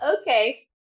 Okay